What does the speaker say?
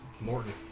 Morton